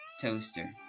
toaster